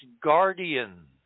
guardian